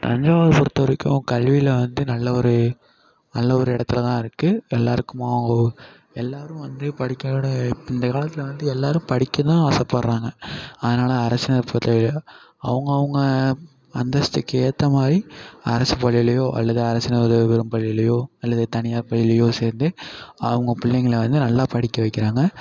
தஞ்சாவூர் பொறுத்த வரைக்கும் கல்வியில் வந்து நல்ல ஒரு நல்ல ஒரு இடத்துலதான் இருக்குது எல்லோருக்கும் மா எல்லோரும் வந்து படிக்கக்கூட இந்த காலத்தில் வந்து எல்லோரும் படிக்கதான் ஆசைப்பட்றாங்க அதனால் அரசினர் பொறுத்த அவுங்கவங்க அந்தஸ்துக்கு ஏற்றமாதிரி அரசு பள்ளிலேயோ அல்லது அரசினர் உதவிப்பெறும் பள்ளிலேயோ அல்லது தனியார் பள்ளிலேயோ சேர்ந்து அவங்க பிள்ளைங்களை வந்து நல்லா படிக்க வைக்கிறாங்க